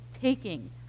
taking